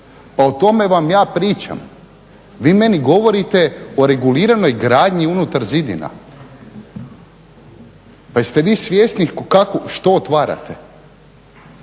Pa o tome vam ja pričam. Vi meni govorite o reguliranoj gradnji unutar zidina. Pa jeste li vi svjesni što otvarate?